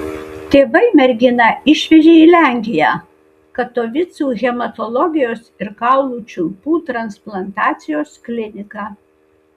tėvai merginą išvežė į lenkiją katovicų hematologijos ir kaulų čiulpų transplantacijos kliniką